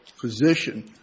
position